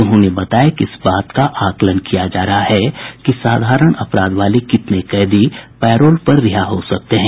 उन्होंने बताया कि इस बात का आकलन किया जा रहा है कि साधारण अपराध वाले कितने कैदी पैरोल पर रिहा हो सकते हैं